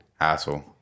asshole